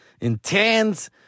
intense